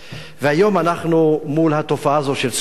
והיום אנחנו מול התופעה הזאת של סוריה,